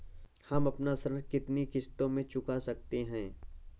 हम अपना ऋण कितनी किश्तों में चुका सकते हैं?